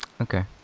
Okay